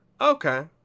Okay